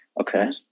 Okay